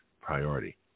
priority